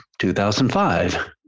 2005